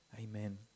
amen